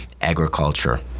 agriculture